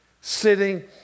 sitting